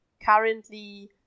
currently